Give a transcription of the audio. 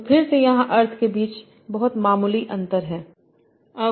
तो फिर से यहाँ अर्थ के बीच बहुत मामूली अंतर हैं